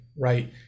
right